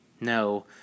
No